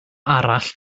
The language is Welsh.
arall